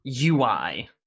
UI